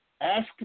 ask